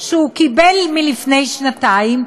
שהוא קיבל מלפני שנתיים,